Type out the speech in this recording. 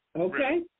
Okay